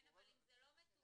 כן, אבל אם זה לא מתווך,